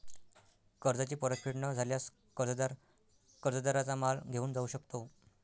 कर्जाची परतफेड न झाल्यास, कर्जदार कर्जदाराचा माल घेऊन जाऊ शकतो